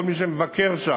כל מי שמבקר שם,